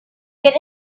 get